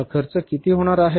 हा खर्च किती होणार आहे